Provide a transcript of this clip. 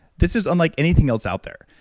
this is unlike anything else out there.